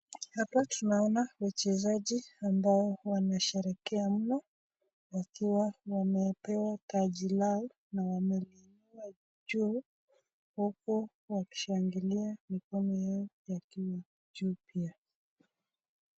Hapa tunaona wachezaji ambao wanasherehekea mno wakiwa wamepewa taji lao na wameliinua juu huku wakishangilia mikono yao yakiwa juu pia.